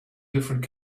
different